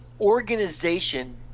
organization